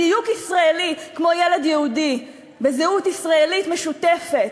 בדיוק כמו ילד יהודי בזהות ישראלית משותפת.